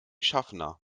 schaffner